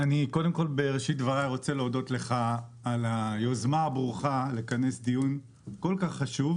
בראשית דבריי אני רוצה להודות לך על היוזמה הברוכה לכנס דיון כל כך חשוב